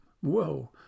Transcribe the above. whoa